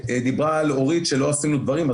דיברה אורית שלא עשינו דברים.